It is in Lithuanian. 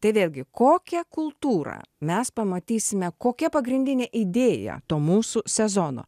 tai vėlgi kokią kultūrą mes pamatysime kokia pagrindinė idėja to mūsų sezono